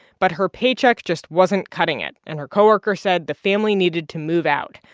but her paycheck just wasn't cutting it, and her co-worker said the family needed to move out.